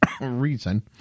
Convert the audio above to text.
reason